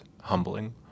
humbling